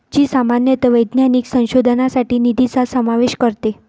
जी सामान्यतः वैज्ञानिक संशोधनासाठी निधीचा समावेश करते